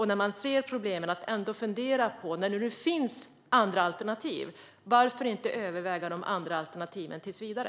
När det nu finns andra alternativ, varför inte överväga dem tills vidare?